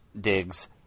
digs